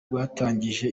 rwatangaje